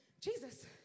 Jesus